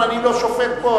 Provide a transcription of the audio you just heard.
אבל אני לא שופט פה.